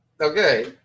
okay